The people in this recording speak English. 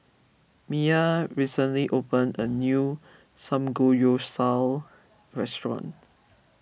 Miah recently opened a new Samgeyopsal restaurant